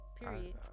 Period